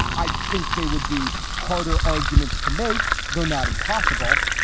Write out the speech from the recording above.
i'd think they would be harder arguments to make, though not impossible,